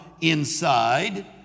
inside